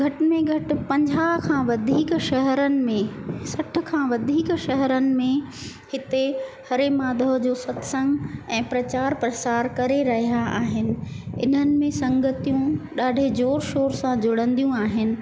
घटि में घटि पंजाह खां वधीक शहरुनि में सठि खां वधीक शहरुनि में हिते हरे माधव जो सत्संगु ऐं प्रचारु प्रसारु करे रहिया आहिनि इन्हनि में संगतियूं ॾाढे ज़ोर शोर सां जुड़ंदियूं आहिनि